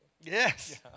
Yes